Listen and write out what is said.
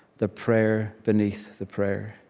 the prayer beneath the prayer.